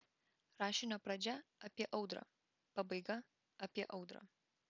rašinio pradžia apie audrą pabaiga apie audrą